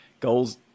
goals